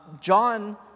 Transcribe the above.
John